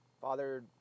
Father